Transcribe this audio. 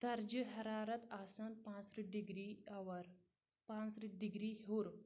درجہِ حَرارت آسان پانٛژترٕٛہ ڈگری اَور پانٛژترٕٛہ ڈگری ہیور